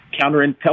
counterintelligence